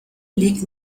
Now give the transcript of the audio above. liegt